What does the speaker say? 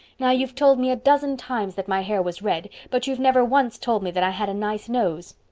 now, you've told me a dozen times that my hair was red, but you've never once told me that i had a nice nose.